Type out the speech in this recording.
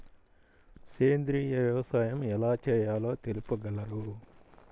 సేంద్రీయ వ్యవసాయం ఎలా చేయాలో తెలుపగలరు?